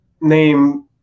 name